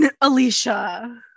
Alicia